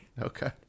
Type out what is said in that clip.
Okay